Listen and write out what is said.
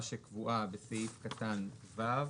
שקבועה בסעיף קטן (ו)